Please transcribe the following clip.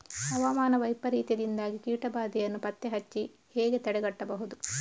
ಹವಾಮಾನ ವೈಪರೀತ್ಯದಿಂದಾಗಿ ಕೀಟ ಬಾಧೆಯನ್ನು ಪತ್ತೆ ಹಚ್ಚಿ ಹೇಗೆ ತಡೆಗಟ್ಟಬಹುದು?